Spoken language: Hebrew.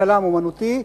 צלם אומנותי,